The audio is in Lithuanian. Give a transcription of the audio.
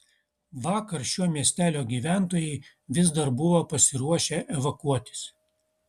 vakar šio miestelio gyventojai vis dar buvo pasiruošę evakuotis